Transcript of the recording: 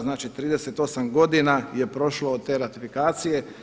Znači, 38 godina je prošlo od te ratifikacije.